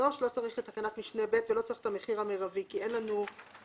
את תקנת משנה (ב) ולא צריך את המחיר המרבי כי אין לנו מגבלה.